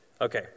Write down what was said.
Okay